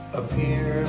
appear